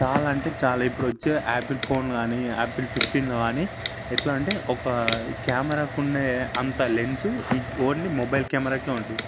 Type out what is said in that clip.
చాలా అంటే చాలా ఇప్పుడు వచ్చే ఆపిల్ ఫోనులు కానీ ఆపిల్ ఫిఫ్టీన్ కానీ ఎట్లంటే ఒక కెమెరాకు ఉండే అంత లెన్సు ఈ ఓన్లీ మొబైల్ కెమెరాకే ఉంటుంది